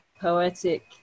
poetic